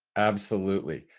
absolutely.